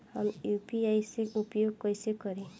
हम यू.पी.आई के उपयोग कइसे करी?